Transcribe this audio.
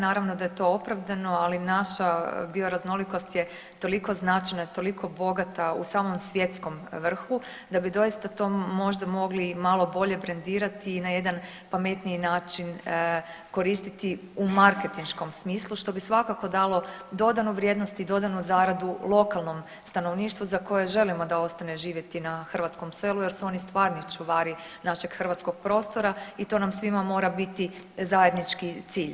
Naravno da je to opravdano, ali naša bioraznolikost je toliko značajna, toliko bogata u samom svjetskom vrhu, da bi doista to možda mogli i malo bolje brendirati i na jedan pametniji način koristiti u marketinškom smislu što bi svakako dalo dodanu vrijednost i dodanu zaradu lokalnom stanovništvu za koje želimo da ostane živjeti na hrvatskom selu, jer su oni stvarni čuvari našeg hrvatskog prostora i to nam svima mora biti zajednički cilj.